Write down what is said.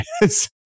yes